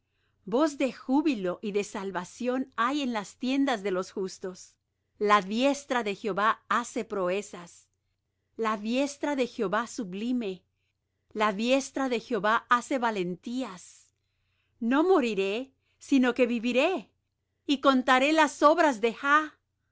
voz de júbilo y de salvación hay en las tiendas de los justos la diestra de jehová hace proezas la diestra de jehová sublime la diestra de jehová hace valentías no moriré sino que viviré y contaré las obras de